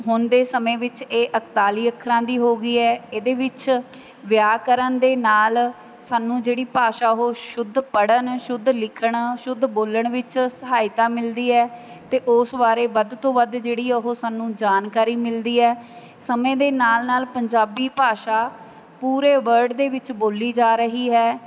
ਹੁਣ ਦੇ ਸਮੇਂ ਵਿੱਚ ਇਹ ਇੱਕਤਾਲੀ ਅੱਖਰਾਂ ਦੀ ਹੋ ਗਈ ਹੈ ਇਹਦੇ ਵਿੱਚ ਵਿਆਕਰਣ ਦੇ ਨਾਲ ਸਾਨੂੰ ਜਿਹੜੀ ਭਾਸ਼ਾ ਉਹ ਸ਼ੁੱਧ ਪੜ੍ਹਨ ਸ਼ੁੱਧ ਲਿਖਣ ਸ਼ੁੱਧ ਬੋਲਣ ਵਿੱਚ ਸਹਾਇਤਾ ਮਿਲਦੀ ਹੈ ਅਤੇ ਉਸ ਬਾਰੇ ਵੱਧ ਤੋਂ ਵੱਧ ਜਿਹੜੀ ਉਹ ਸਾਨੂੰ ਜਾਣਕਾਰੀ ਮਿਲਦੀ ਹੈ ਸਮੇਂ ਦੇ ਨਾਲ ਨਾਲ ਪੰਜਾਬੀ ਭਾਸ਼ਾ ਪੂਰੇ ਵਰਡ ਦੇ ਵਿੱਚ ਬੋਲੀ ਜਾ ਰਹੀ ਹੈ